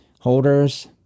holders